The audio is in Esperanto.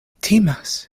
timas